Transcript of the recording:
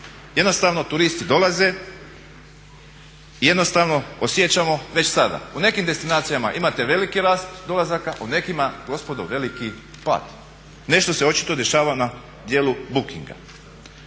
jednostavno turisti dolaze i osjećamo već sada u nekim destinacijama imate veliki rast dolazaka, u nekima gospodo veliki pad. Nešto se očito dešava na dijelu bukinga.